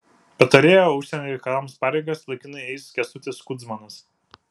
patarėjo užsienio reikalams pareigas laikinai eis kęstutis kudzmanas